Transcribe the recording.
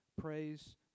Praise